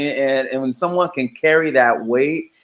and and when someone can carry that weight,